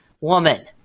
woman